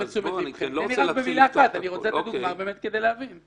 בהצעת החוק הממשלתית מוצע לבטל את העבירה.